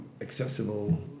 Accessible